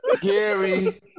Gary